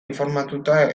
informatuta